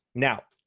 now,